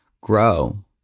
grow